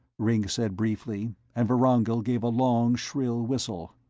ringg said briefly, and vorongil gave a long shrill whistle.